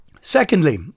Secondly